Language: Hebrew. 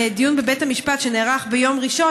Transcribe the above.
בדיון בבית המשפט שנערך ביום ראשון,